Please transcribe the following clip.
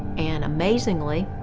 and amazingly,